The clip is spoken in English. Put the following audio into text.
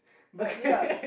but ya